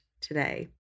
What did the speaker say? today